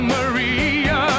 Maria